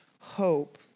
hope